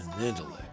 intellect